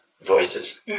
voices